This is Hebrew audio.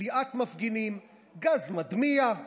כליאת מפגינים, גז מדמיע,